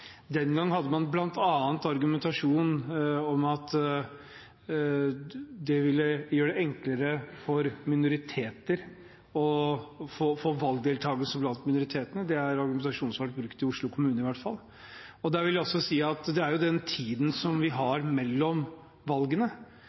Den gangen hadde man bl.a. argumentasjon om at det ville gjøre det enklere å få opp valgdeltagelsen blant minoritetene. Det er en argumentasjon som har blitt brukt i Oslo kommune i hvert fall. Men det er jo den tiden som vi har mellom valgene,